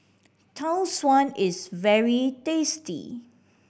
Tau Suan is very tasty